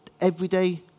everyday